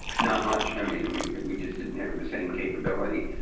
not much. i mean, we we just didn't have the same capability.